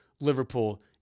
Liverpool